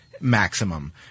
maximum